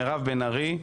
מירב בן ארי,